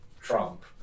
Trump